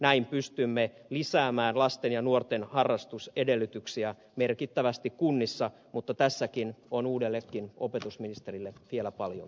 näin pystymme lisäämään lasten ja nuorten harrastusedellytyksiä merkittävästi kunnissa mutta tässäkin on uudellekin opetusministerille vielä paljon työtä